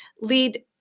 Lead